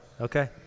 Okay